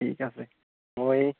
ঠিক আছে মই